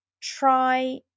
try